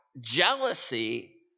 jealousy